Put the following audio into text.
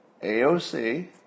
AOC